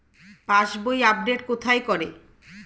পাসবই update কোথায় করে?